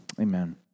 Amen